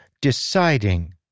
deciding